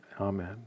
amen